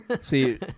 See